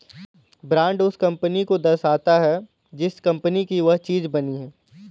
brand उस company के नाम को दर्शाता है जिस कंपनी की वह चीज बनी है